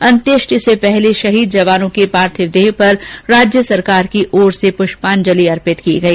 अंत्येष्टि से पूर्व शहीद जवानों के पार्थिव देह पर राज्य सरकार की ओर से पुष्पांजलि अर्पित की गई